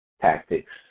tactics